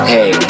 Hey